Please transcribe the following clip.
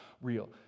real